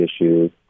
issues